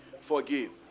Forgive